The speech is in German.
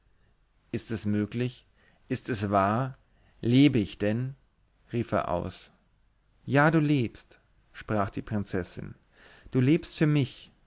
ist es möglich ist es wahr lebe ich denn rief er aus ja du lebst sprach die prinzessin du lebst für mich